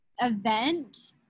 event